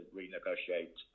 renegotiate